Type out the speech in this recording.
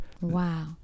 Wow